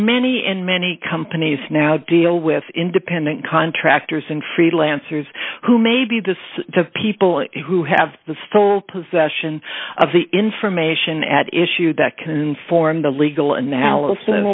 many and many companies now deal with independent contractors and freelancers who may be this the people who have the stole possession of the in from a ition at issue that can form the legal analysis